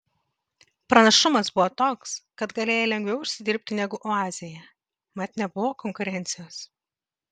pranašumas buvo toks kad galėjai lengviau užsidirbti negu oazėje mat nebuvo konkurencijos